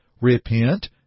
Repent